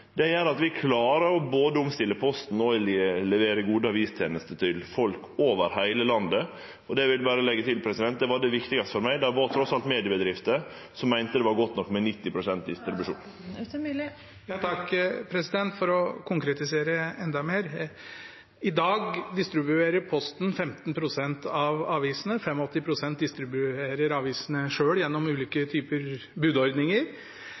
Det gjer at vi klarar å både omstille Posten og levere gode avistenester til folk over heile landet. Og eg vil berre leggje til at det var det viktigaste for meg. Det var trass alt mediebedrifter som meinte det var godt nok med 90 pst. distribusjon. For å konkretisere enda mer: I dag distribuerer Posten 15 pst. av avisene, 85 pst. distribuerer avisene selv gjennom ulike typer budordninger,